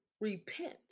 repent